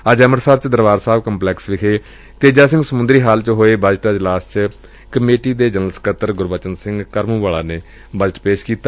ਅੱਜ ਅੰਮ੍ਰਿਤਸਰ ਚ ਦਰਬਾਰ ਸਾਹਿਬ ਕੰਪਲੈਕਸ ਵਿਚ ਤੇਜਾ ਸਿੰਘ ਸਮੁੰਦਰੀ ਹਾਲ ਚ ਹੋਏ ਬਜਟ ਅਜਲਾਸ ਵਿਚ ਕਮੇਟੀ ਦੇ ਜਨਰਲ ਸਕੱਤਰ ਗੁਰਬਚਨ ਸਿੰਘ ਕਰਮੂਵਾਲਾ ਨੇ ਬਜਟ ਪੇਸ਼ ਕੀਤਾ